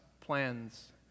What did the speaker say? plans